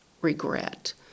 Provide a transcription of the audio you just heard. regret